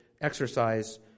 exercise